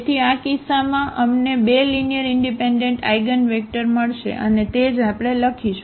તેથી આ કિસ્સામાં અમને બે લીનીઅરઇનડિપેન્ડન્ટ આઇગનવેક્ટર મળશે અને તે જ આપણે લખીશું